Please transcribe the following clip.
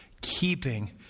keeping